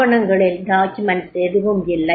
ஆவணங்களில் எதுவும் இல்லை